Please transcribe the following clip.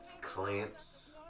clamps